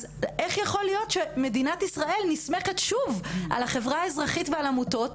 איך יכול להיות שמדינת ישראל נסמכת שוב על החברה האזרחית ועל עמותות,